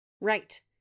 Right